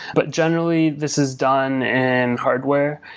but generally, this is done in hardware,